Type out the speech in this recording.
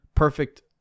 perfect